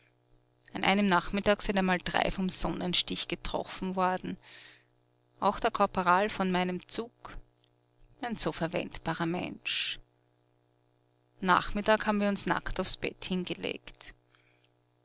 an einem nachmittag sind einmal drei vom sonnenstich getroffen worden auch der korporal von meinem zug ein so verwendbarer mensch nachmittag haben wir uns nackt aufs bett hingelegt